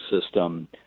system